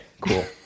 cool